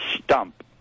stump